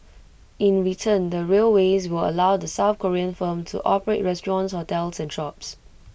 in return the railways will allow the south Korean firm to operate restaurants hotels and shops